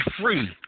free